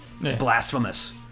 blasphemous